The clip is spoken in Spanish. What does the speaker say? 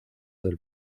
del